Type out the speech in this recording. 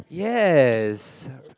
yes